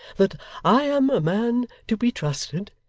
that i am a man to be trusted.